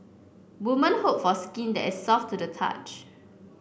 woman hope for skin that is soft to the touch